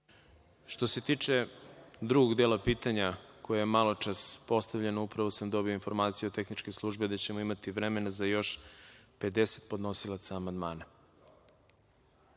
se tiče drugog dela pitanja koje je malopre postavljeno, upravo samo dobio tu informaciju od tehničke službe da ćemo imati vremena za još 50 podnosilaca amandmana.(Zoran